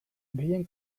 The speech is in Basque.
gehien